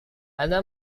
anda